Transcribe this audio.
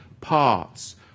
parts